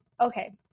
Okay